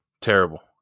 terrible